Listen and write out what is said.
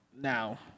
now